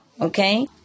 okay